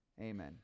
Amen